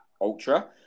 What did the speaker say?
ultra